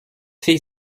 fille